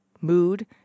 mood